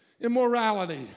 immorality